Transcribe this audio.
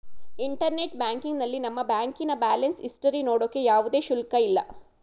internet ಬ್ಯಾಂಕಿಂಗ್ನಲ್ಲಿ ನಮ್ಮ ಬ್ಯಾಂಕಿನ ಬ್ಯಾಲೆನ್ಸ್ ಇಸ್ಟರಿ ನೋಡೋಕೆ ಯಾವುದೇ ಶುಲ್ಕ ಇಲ್ಲ